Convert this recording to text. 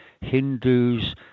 Hindus